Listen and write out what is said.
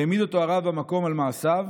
העמיד אותו הרב במקום על מעשיו